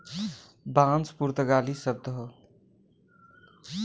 बांस पुर्तगाली शब्द हौ